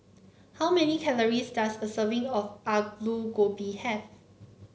how many calories does a serving of Alu Gobi have